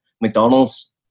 McDonald's